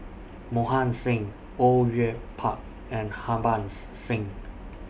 Mohan Singh Au Yue Pak and Harbans Singh